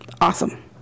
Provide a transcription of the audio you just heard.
Awesome